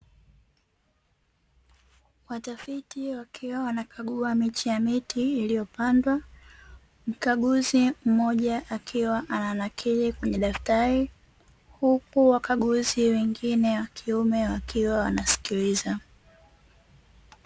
Watafiti wakiwa wanakagua miche ya miti iliyopandwa. Mkaguzi mmoja akiwa ananakiri kwenye daftari, huku wakaguzi wengine wa kiume wakiwa wanasikiliza.